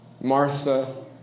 Martha